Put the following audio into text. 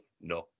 no